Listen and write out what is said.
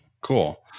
cool